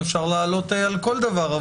אפשר להעלות על כל דבר,